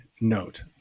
note